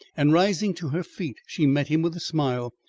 and rising to her feet, she met him with a smile,